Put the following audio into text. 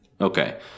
Okay